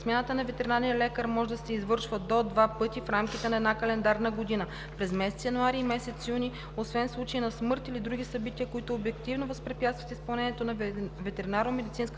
Смяната на ветеринарния лекар може да се извършва до два пъти в рамките на една календарна година – през месец януари и месец юни, освен в случай на смърт или други събития, които обективно възпрепятстват изпълнението на ветеринарномедицинската